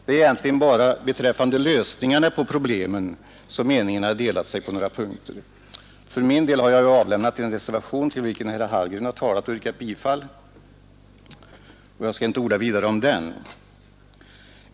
Det är egentligen bara beträffande lösningarna på problemen som meningarna delat sig på några punkter. För min del har jag avlämnat en reservation, som herr Hallgren talat för och yrkat bifall till, och jag skall inte orda vidare om den.